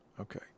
okay